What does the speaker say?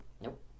Nope